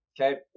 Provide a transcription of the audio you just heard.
Okay